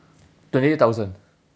twenty eight thousand